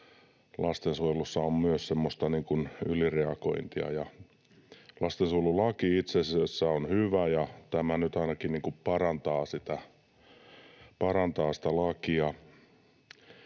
lastensuojelussa on semmoista ylireagointia. Lastensuojelulaki itse asiassa on hyvä, ja tämä nyt ainakin parantaa sitä lakia.